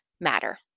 matter